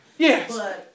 Yes